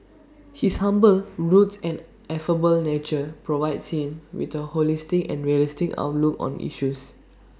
his humble roots and affable nature provides him with A holistic and realistic outlook on issues